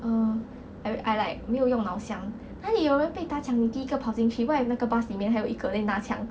um I like 没有用脑想哪里有人被打枪你第一个跑进去 what if 那个 bus 里面还有一个 then 拿枪